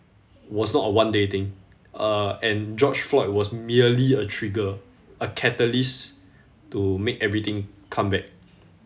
was not a one day thing uh and george floyd was merely a trigger a catalyst to make everything come back